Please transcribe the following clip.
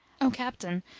o captain,